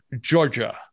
Georgia